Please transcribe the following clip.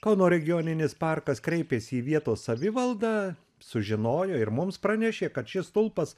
kauno regioninis parkas kreipėsi į vietos savivaldą sužinojo ir mums pranešė kad šis stulpas